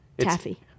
Taffy